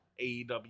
AEW